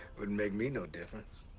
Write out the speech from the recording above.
wouldn't make me no difference.